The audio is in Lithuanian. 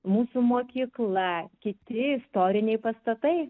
mūsų mokykla kiti istoriniai pastatai